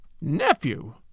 Nephew